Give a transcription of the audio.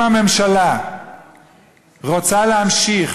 אם הממשלה רוצה להמשיך